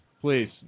please